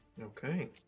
Okay